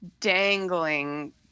dangling